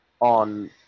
on